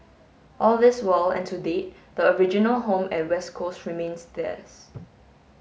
all this while and to date the original home at West Coast remains theirs